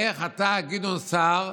איך אתה, גדעון סער,